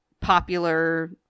popular